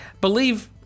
believe